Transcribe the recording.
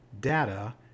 data